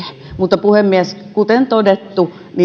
mutta puhemies kuten todettu